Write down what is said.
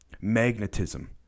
magnetism